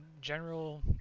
general